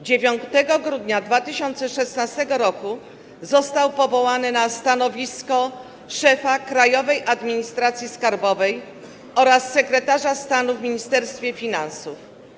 9 grudnia 2016 r. został powołany na stanowisko szefa Krajowej Administracji Skarbowej oraz sekretarza stanu w Ministerstwie Finansów.